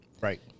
Right